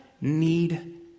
need